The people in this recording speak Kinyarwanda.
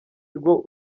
rwo